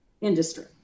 industry